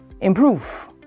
improve